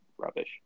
Rubbish